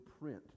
print